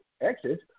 exit